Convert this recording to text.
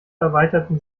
erweiterten